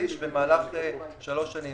השליש-שליש-שליש במהלך שלוש שנים,